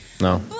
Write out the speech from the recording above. No